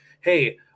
hey